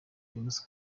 james